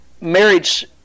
marriage